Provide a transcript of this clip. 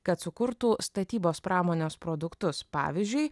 kad sukurtų statybos pramonės produktus pavyzdžiui